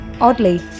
Oddly